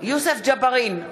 יוסף ג'בארין,